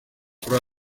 kuri